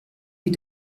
die